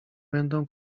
będą